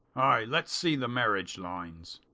ay, let's see the marriage lines.